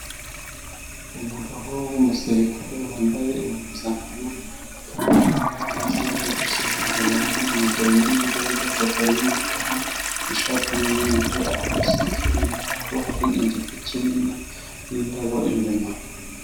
Umugabo w'umusirikare wambaye impuzankano, akaba ahagaze ari gusuhuza abantu yegeranye n'undi wambaye ingofero y'umukara n'ishati y'umweru ari guseka. Inyuma yabo hari igiti kinini n'indabo inyuma.